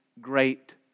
great